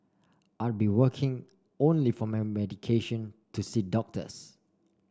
I'll be working only for my medication to see doctors